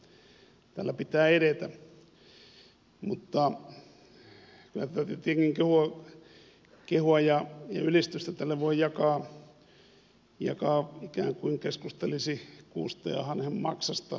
mutta kyllä tätä tietenkin voi kehua ja ylistystä tälle voi jakaa ikään kuin keskustelisi kuusta ja hanhenmaksasta